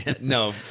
No